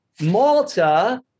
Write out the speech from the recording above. Malta